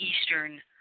eastern